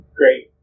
great